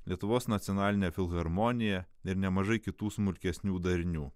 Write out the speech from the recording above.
lietuvos nacionalinė filharmonija ir nemažai kitų smulkesnių darinių